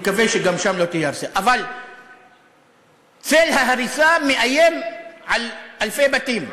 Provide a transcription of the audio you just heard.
אבל צל ההריסה מאיים על אלפי בתים.